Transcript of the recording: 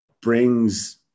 brings